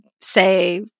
say